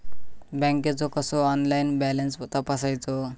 बँकेचो कसो online balance तपासायचो?